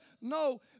No